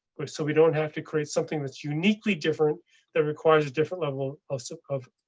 so we don't have to create something that's uniquely different that requires a different level of so of.